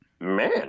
man